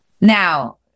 Now